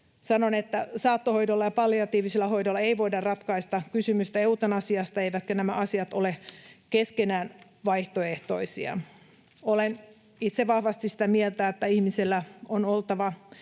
Sanon, että saattohoidolla ja palliatiivisella hoidolla ei voida ratkaista kysymystä eutanasiasta eivätkä nämä asiat ole keskenään vaihtoehtoisia. Olen itse vahvasti sitä mieltä, että ihmisellä on oltava